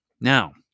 Now